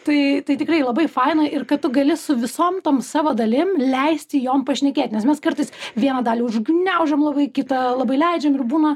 tai tai tikrai labai faina ir kad tu gali su visom tom savo dalim leisti jom pašnekėt nes mes kartais vieną dalį užgniaužiam labai kitą labai leidžiam ir būna